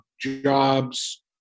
jobs